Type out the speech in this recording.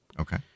Okay